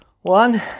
one